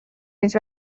هیچ